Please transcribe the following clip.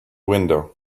window